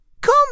Come